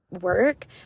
work